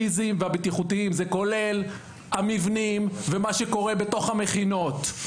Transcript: זה כולל את המבנים ואת מה שקורה בתוך המכינות.